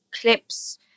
clips